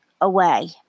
away